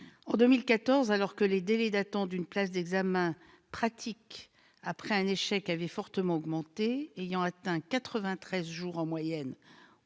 en 2014, alors que les délais d'attente pour une place d'examen pratique après un échec avaient fortement augmenté, ayant atteint 93 jours en moyenne